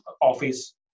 office